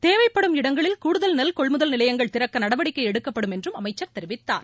தேவைப்படும் இடங்களில் கூடுதல் நெல் கொள்முதல் நிலையங்கள் திறக்க நடவடிக்கை எடுக்கப்படும் என்றும் அமைச்சர் தெரிவித்தார்